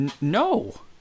No